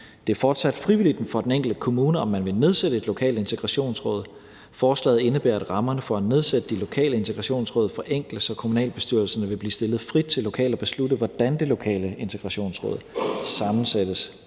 Det er fortsat frivilligt for den enkelte kommune, om man vil nedsætte et lokalt integrationsråd. Forslaget indebærer, at rammerne for at nedsætte de lokale integrationsråd forenkles, så kommunalbestyrelserne vil blive stillet frit til lokalt at beslutte, hvordan det lokale integrationsråd sammensættes.